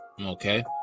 Okay